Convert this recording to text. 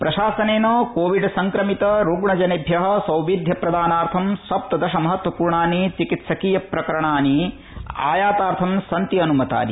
प्रशासनेन कोविड संक्रमित रूग्ण जनेभ्य सौविध्य प्रदानार्थ सप्तदश महत्वपूर्णानि चिकित्सकीय प्रकरणानि आयातार्थम् सन्ति अनुमतानि